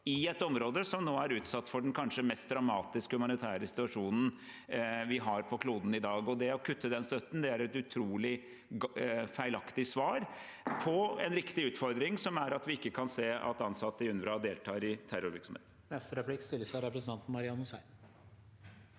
i et område som nå er utsatt for den kanskje mest dramatiske humanitære situasjonen vi har på kloden i dag. Å kutte den støtten er et utrolig feilaktig svar på en riktig utfordring, som er at vi ikke kan se på at ansatte i UNRWA deltar i terrorvirksomhet. Marian Hussein